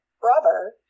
brother